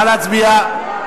נא להצביע.